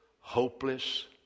hopeless